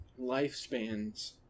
lifespans